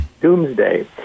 doomsday